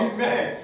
Amen